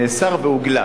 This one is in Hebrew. שנאסר והוגלה.